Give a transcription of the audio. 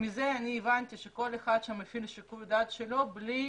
מזה הבנתי שכל אחד מפעיל את שיקול הדעת שלו בלי